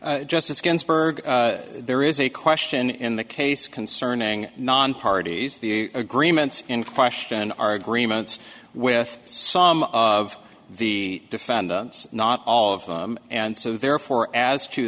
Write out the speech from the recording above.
me justice ginsburg there is a question in the case concerning non parties the agreements in question are agreements with some of the defendants not all of them and so therefore as to